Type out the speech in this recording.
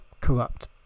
corrupt